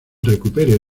recupere